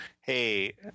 hey